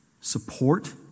support